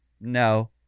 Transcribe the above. No